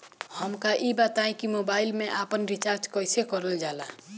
हमका ई बताई कि मोबाईल में आपन रिचार्ज कईसे करल जाला?